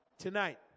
tonight